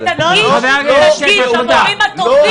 אם יש תכנית או אין תכנית.